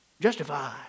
Justify